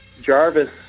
Jarvis